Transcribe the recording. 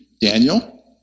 Daniel